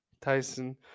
tyson